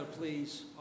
Please